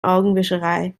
augenwischerei